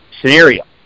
scenario